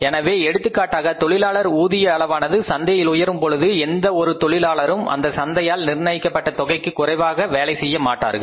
எனவே எடுத்துக்காட்டாக தொழிலாளர் ஊதிய அளவானது சந்தையில் உயரும் பொழுது எந்த ஒரு தொழிலாளரும் அந்த சந்தையால் நிர்ணயிக்கப்பட்ட தொகைக்கு குறைவாக வேலை செய்ய வரமாட்டார்கள்